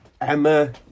Emma